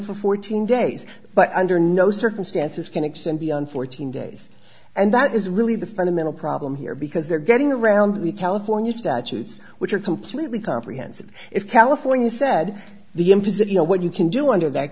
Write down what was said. for fourteen days but under no circumstances can extend beyond fourteen days and that is really the fundamental problem here because they're getting around to the california statutes which are completely comprehensive if california said the imposition what you can do under that